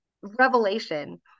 Revelation